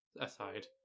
aside